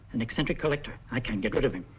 an eccentric collector. i can't get rid of him.